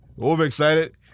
Overexcited